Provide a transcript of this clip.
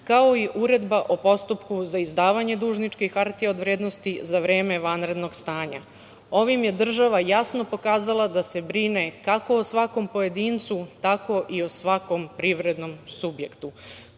kao i uredba o postupku za izdavanje dužničkih hartija od vrednosti za vreme vanrednog stanja. Ovim je država jasno pokazala da se brine kako o svakom pojedincu, tako i o svakom privrednom subjektu.